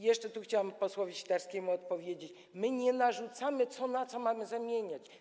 Jeszcze tu chciałam posłowi Sitarskiemu odpowiedzieć: my nie narzucamy, co na co zamieniać.